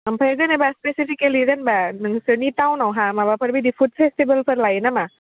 ओमफाय जेनोबा स्पेसेलि जेनोबा नोंसोरनि टाउनावहा माबाफोरबायदि फुड फेसटिभेलफोर लायोनामा